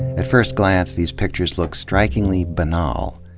at first glance, these pictures look strikingly banal.